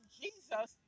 jesus